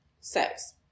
Sex